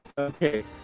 Okay